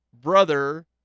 brother